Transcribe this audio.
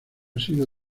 sido